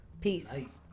Peace